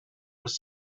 was